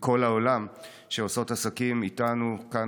מכל העולם שעושים עסקים איתנו כאן